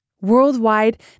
Worldwide